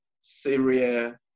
syria